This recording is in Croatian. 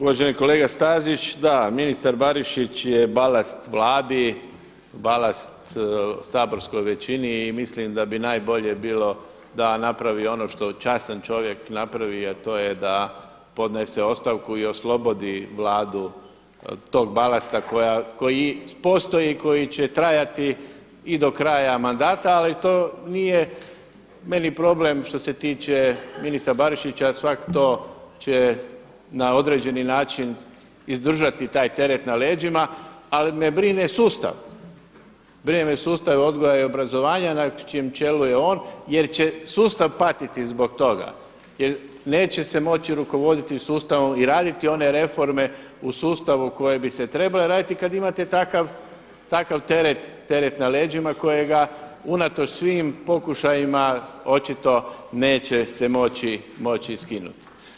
Uvaženi kolega Stazić, da ministar Barišić je balast Vladi, balast saborskoj većini i mislim da bi najbolje bilo da napravi ono što častan čovjek napravi a to je da podnese ostavku i oslobodi Vladu tog balasta koji postoji i koji će trajati i do kraja mandata ali to nije meni problem što se tiče ministra Barišića, svatko to će na određeni način izdržati taj teret na leđima ali me brine sustav, brine me sustav odgoja i obrazovanja na čijem čelu je on jer će sustav patiti zbog toga, jer neće se moći rukovoditi sustavom i raditi one reforme u sustavu koje bi se trebale raditi kad imate takav teret na leđima kojega unatoč svim pokušajima očito neće se moći skinuti.